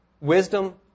wisdom